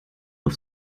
auf